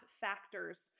factors